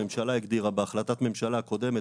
הממשלה הגדירה בהחלטת ממשלה הקודמת,